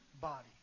body